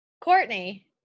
Courtney